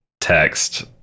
text